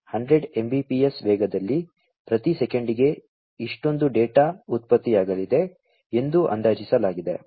100 mbps ವೇಗದಲ್ಲಿ ಪ್ರತಿ ಸೆಕೆಂಡಿಗೆ ಇಷ್ಟೊಂದು ಡೇಟಾ ಉತ್ಪತ್ತಿಯಾಗಲಿದೆ ಎಂದು ಅಂದಾಜಿಸಲಾಗಿದೆ